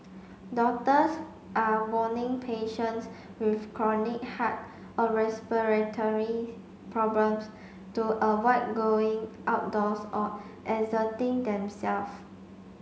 doctors are warning patients with chronic heart or respiratory problems to avoid going outdoors or exerting themselves